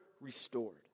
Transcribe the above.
Restored